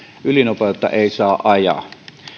ylinopeutta ei saa ajaa